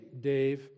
Dave